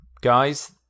guys